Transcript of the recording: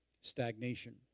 stagnation